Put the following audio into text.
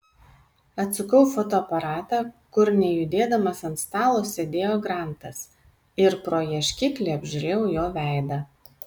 atsukau fotoaparatą kur nejudėdamas ant stalo sėdėjo grantas ir pro ieškiklį apžiūrėjau jo veidą